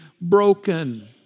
broken